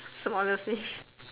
smaller fish